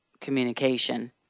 communication